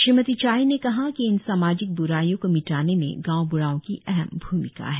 श्रीमती चाई ने कहा कि इन सामाजिक ब्रायों को मिटाने में गांव बूढ़ाओं की अहम भूमिका है